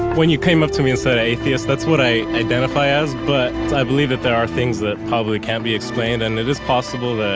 when you came up to me and said atheist, that's what i identify as, but i believe that there are things that probably can't be explained and it is possible that,